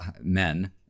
men